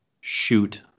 shoot